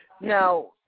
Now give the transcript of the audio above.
Now